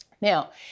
Now